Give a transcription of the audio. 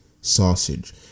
sausage